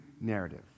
narrative